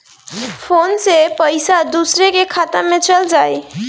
Phone से पईसा दूसरे के खाता में चल जाई?